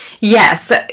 Yes